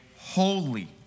holy